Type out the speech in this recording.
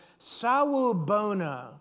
sawubona